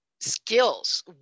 skills